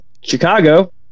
Chicago